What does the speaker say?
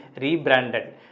rebranded